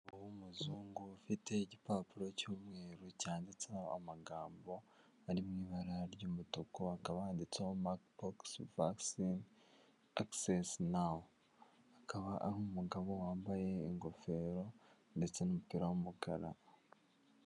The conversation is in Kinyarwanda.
Umugabo w'umuzungu ufite igipapuro cyu'umweru cyanditseho amagambo ari mu ibara ry'umutuku akaba wanditseho monkey pox vaccine access now, akaba ari umugabo wambaye ingofero ndetse n'umupira w'amakara.